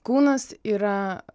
kūnas yra